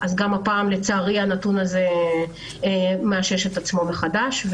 וגם הפעם, לצערי, הנתון הזה מאשש את עצמו מחדש.